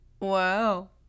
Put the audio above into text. Wow